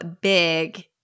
big